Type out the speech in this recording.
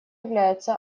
является